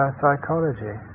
psychology